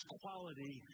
quality